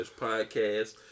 podcast